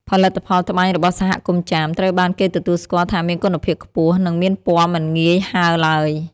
ផលិតផលត្បាញរបស់សហគមន៍ចាម ត្រូវបានគេទទួលស្គាល់ថាមានគុណភាពខ្ពស់ និងមានពណ៌មិនងាយហើរឡើយ។